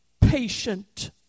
patient